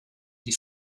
die